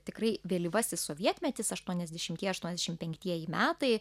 tikrai vėlyvasis sovietmetis aštuoniasdešimtieji aštuoniasdešim penktieji metai